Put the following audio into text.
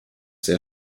sehr